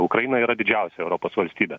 ukraina yra didžiausia europos valstybė